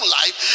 life